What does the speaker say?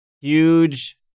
huge